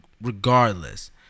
Regardless